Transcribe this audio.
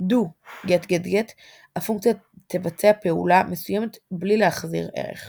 do_XXX - הפונקציה תבצע פעולה מסוימת בלי להחזיר ערך